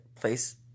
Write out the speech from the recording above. place